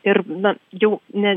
ir na jau ne